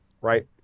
right